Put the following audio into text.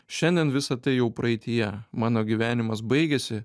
šiandien visa tai jau praeityje mano gyvenimas baigėsi